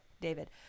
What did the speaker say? David